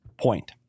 point